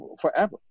forever